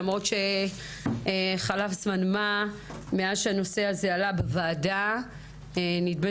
למרות שחלף זמן מה מאז שהנושא הזה עלה בוועדה ונדמה